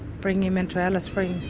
bring him into alice springs.